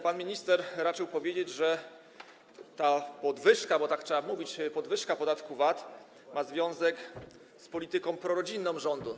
Pan minister raczył powiedzieć, że ta podwyżka - bo tak trzeba mówić, podwyżka - podatku VAT ma związek z polityką prorodzinną rządu.